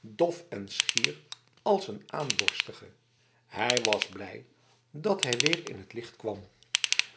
dof en schier als een aamborstige hij was blij dat hij weer in t licht kwam